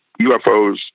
UFOs